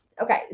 Okay